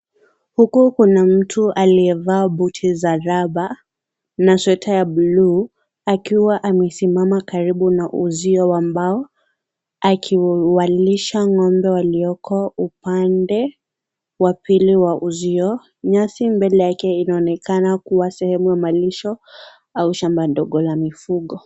Huku kuna mtu aliyevaa buti za raba na sweta ya buluu akiwa amesimama karibu na uzia wa mbao akiwalisha ngombe walioko upande wa pili wa uzio ,nyasi mbele yake inaonekana kuwa sehemu ya malisho au shamba ndogo la mifugo.